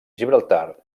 gibraltar